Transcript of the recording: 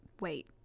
wait